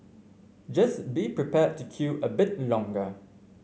just be prepared to queue a bit longer